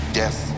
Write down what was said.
death